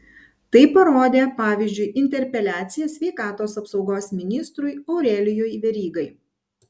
tai parodė pavyzdžiui interpeliacija sveikatos apsaugos ministrui aurelijui verygai